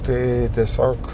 tai tiesiog